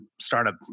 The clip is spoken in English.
startup